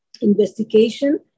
investigation